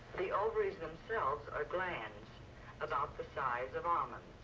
the ovaries themselves are glands about the size of um